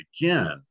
again